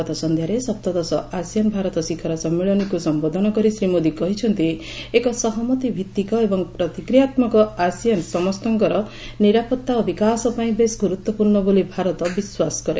ଗତସନ୍ଧ୍ୟାରେ ସପ୍ତଦଶ ଆସିଆନ୍ ଭାରତ ଶିଖର ସମ୍ମିଳନୀକୁ ସମ୍ବୋଧନ କରି ଶ୍ରୀମୋଦି କହିଛନ୍ତି ଏକ ସହମତିଭିତ୍ତିକ ଏବଂ ପ୍ରତିକ୍ରିୟାତ୍କକ ଆସିଆନ୍ ସମସ୍ତଙ୍କର ନିରାପତ୍ତା ଓ ବିକାଶ ପାଇଁ ବେଶ୍ ଗୁରୁତ୍ୱପୂର୍ଣ୍ଣ ବୋଲି ଭାରତ ବିଶ୍ୱାସ କରେ